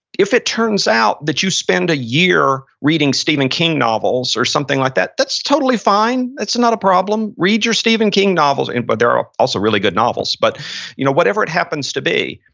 if it turns out that you spend a year reading stephen king novels or something like that, that's totally fine. that's not a problem. read your stephen king novels, and but there are also really good novels but you know whatever it happens to be,